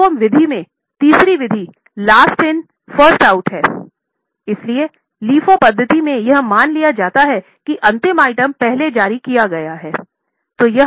इसलिएLIFO पद्धति में यह मान लिया जाता है कि अंतिम आइटम पहले जारी किए गए हैं